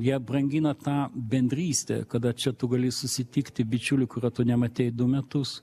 jie brangina tą bendrystę kada čia tu gali susitikti bičiulį kurio tu nematei du metus